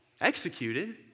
executed